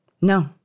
No